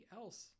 else